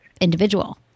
individual